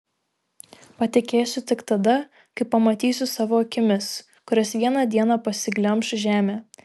patikėsiu tik tada kai pamatysiu savo akimis kurias vieną dieną pasiglemš žemė